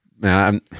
Man